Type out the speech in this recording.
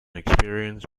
experience